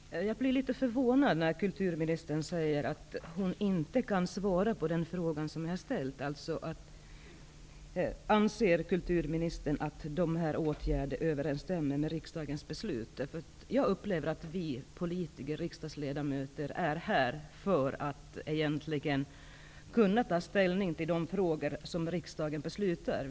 Herr talman! Jag blir litet förvånad när kulturministern säger att hon inte kan svara på den fråga jag har ställt: Anser kulturministern att de här åtgärderna överensstämmer med riksdagens beslut? Jag upplever att vi riksdagsledamöter är här för att kunna ta ställning till de frågor som riksdagen beslutar om.